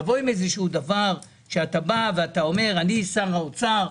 לבוא עם דבר שאתה אומר אני שר האוצר,